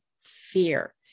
fear